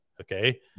okay